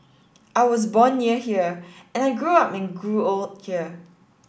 I was born near here and I grew up and grew old here